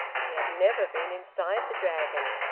he had never been inside the dragon.